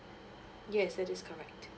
yes that is correct